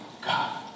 God